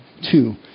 two